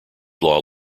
law